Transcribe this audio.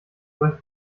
solche